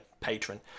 patron